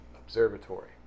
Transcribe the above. observatory